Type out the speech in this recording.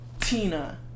Tina